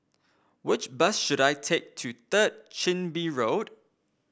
which bus should I take to Third Chin Bee Road